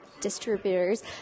distributors